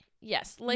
Yes